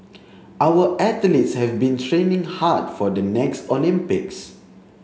our athletes have been training hard for the next Olympics